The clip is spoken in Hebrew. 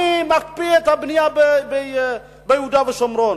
אני מקפיא את הבנייה ביהודה ושומרון,